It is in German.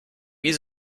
wie